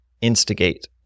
instigate